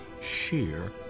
sheer